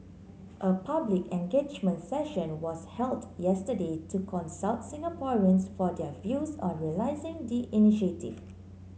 a public engagement session was held yesterday to consult Singaporeans for their views on realising the initiative